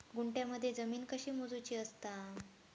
गुंठयामध्ये जमीन कशी मोजूची असता?